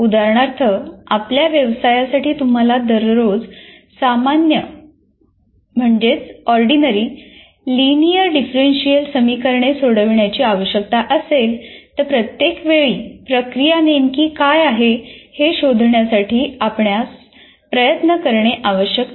उदाहरणार्थ आपल्या व्यवसायासाठी तुम्हाला दररोज सामान्य लिनिअर डिफरंशियल समीकरणे सोडविण्याची आवश्यकता असेल तर प्रत्येक वेळी प्रक्रिया नेमकी काय आहे हे शोधण्यासाठी आपणास प्रयत्न करणे आवश्यक नाही